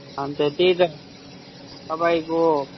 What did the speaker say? अन्त त्यही त तपाईँको